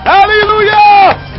Hallelujah